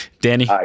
danny